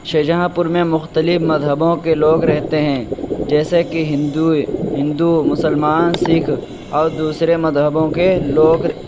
شاہجہاں پور میں مختلف مذہبوں کے لوگ رہتے ہیں جیسے کہ ہندو ہندو مسلمان سکھ اور دوسرے مذہبوں کے لوگ